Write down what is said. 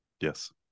Yes